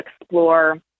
explore